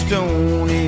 Stone